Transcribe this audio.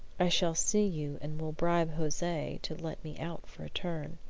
i shall see you and will bribe jose to let me out for a turn.